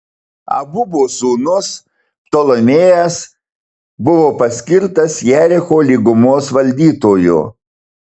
abubo sūnus ptolemėjas buvo paskirtas jericho lygumos valdytoju